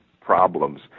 problems